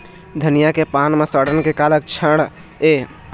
धनिया के पान म सड़न के का लक्षण ये?